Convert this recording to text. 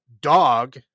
dog